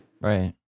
Right